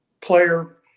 player